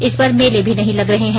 इस बार मेले भी नहीं लग रहे हैं